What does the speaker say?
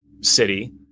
city